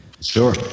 sure